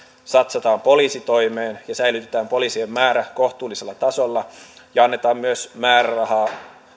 satsataan poliisitoimeen ja säilytetään poliisien määrä kohtuullisella tasolla ja annetaan myös määrärahaa